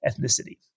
ethnicity